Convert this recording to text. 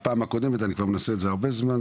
בפעם הקודמת אני כבר מנסה את זה הרבה זמן,